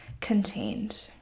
contained